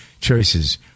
choices